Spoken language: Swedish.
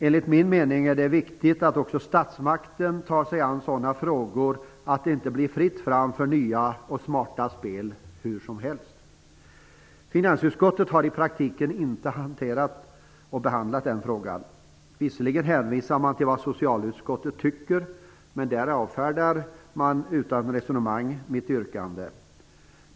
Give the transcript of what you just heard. Enligt min mening är det viktigt att också statsmakten tar sig an sådana frågor, så att det inte blir fritt fram för nya och smarta spel hur som helst. Finansutskottet har i praktiken inte behandlat den frågan. Visserligen hänvisar man till vad socialutskottet anser, men man avfärdar utan resonemang mitt yrkande.